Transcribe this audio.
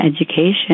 Education